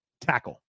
tackle